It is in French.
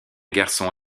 garçon